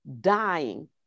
dying